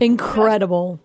Incredible